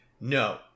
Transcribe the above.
No